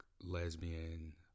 lesbian